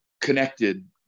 connected